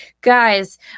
Guys